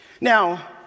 Now